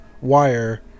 wire